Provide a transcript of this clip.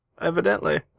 Evidently